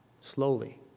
slowly